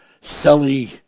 silly